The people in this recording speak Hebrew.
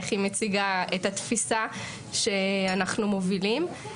איך היא מציגה את התפיסה שאנחנו מובילים.